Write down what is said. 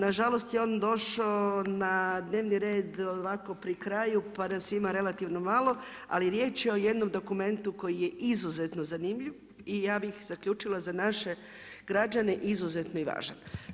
Na žalost je on došao na dnevni red ovako pri kraju p a nas ima relativno malo, ali riječ je o jednom dokumentu koji je izuzetno zanimljiv i ja bih zaključila za naše građane izuzetno i važan.